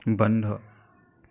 বন্ধ